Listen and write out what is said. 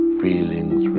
feelings